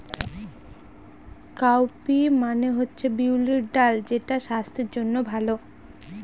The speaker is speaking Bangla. কাউপি মানে হচ্ছে বিউলির ডাল যেটা স্বাস্থ্যের জন্য ভালো